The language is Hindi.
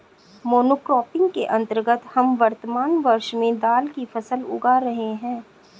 मोनोक्रॉपिंग के अंतर्गत हम वर्तमान वर्ष में दाल की फसल उगा रहे हैं